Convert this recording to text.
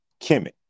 Kemet